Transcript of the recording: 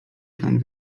plan